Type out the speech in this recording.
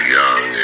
young